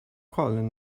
calling